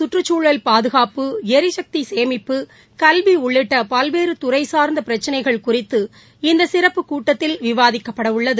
சுற்றுச்சூழல் பாதுகாப்பு எரிசக்தி சேமிப்பு கல்வி உள்ளிட்ட பல்வேறு துறை சார்ந்த பிரச்சினைகள் குறித்து இந்த சிறப்புக் கூட்டத்தில் விவாதிக்கப்படவுள்ளது